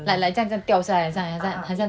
like like 这样一个吊下来